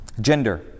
Gender